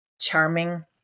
charming